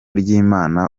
ry’imana